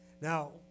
Now